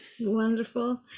Wonderful